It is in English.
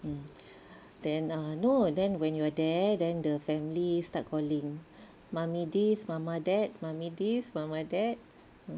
mm then ah no then when you are there then the family start calling mummy this mama that mummy this mama that